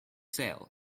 sale